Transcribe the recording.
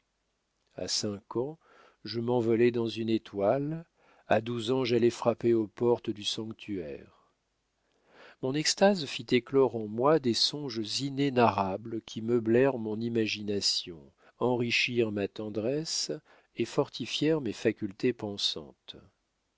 a cinq ans je m'envolais dans une étoile à douze ans j'allais frapper aux portes du sanctuaire mon extase fit éclore en moi des songes inénarrables qui meublèrent mon imagination enrichirent ma tendresse et fortifièrent mes facultés pensantes